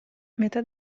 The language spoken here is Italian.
metà